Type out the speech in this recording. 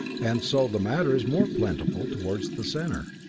and so the matter is more plentiful toward the center,